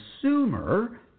consumer